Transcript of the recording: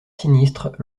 sinistre